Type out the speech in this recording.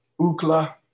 UCLA